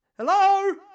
Hello